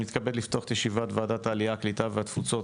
אני מתכבד לפתוח את ישיבת ועדת העלייה הקליטה והתפוצות,